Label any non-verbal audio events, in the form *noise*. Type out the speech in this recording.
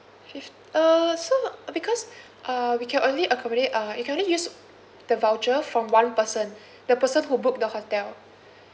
fif~ uh so uh because *breath* uh we can only accommodate uh you can only use the voucher from one person *breath* the person who booked the hotel